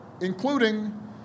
including